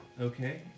okay